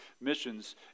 Missions